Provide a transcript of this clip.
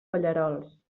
pallerols